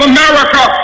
America